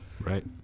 right